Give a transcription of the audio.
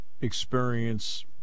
experience